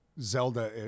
Zelda